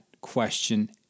question